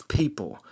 people